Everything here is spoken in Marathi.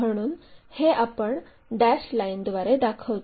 म्हणून हे आपण डॅश लाइनद्वारे दाखवितो